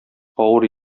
авыр